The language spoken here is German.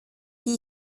die